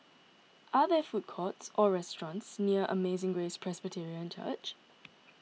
are there food courts or restaurants near Amazing Grace Presbyterian Church